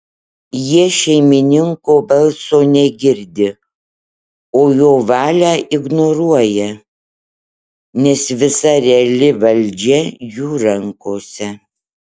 jie šeimininko balso negirdi o jo valią ignoruoja nes visa reali valdžia jų rankose